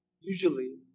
Usually